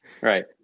right